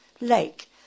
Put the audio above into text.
lake